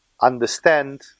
understand